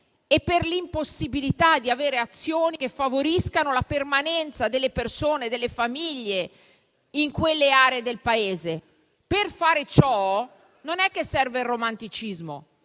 e per l'impossibilità di avere azioni che favoriscano la permanenza delle persone e delle famiglie in quelle aree del Paese? Per fare ciò non serve romanticismo,